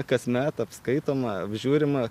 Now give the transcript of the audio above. kasmet apskaitoma apžiūrima